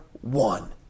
one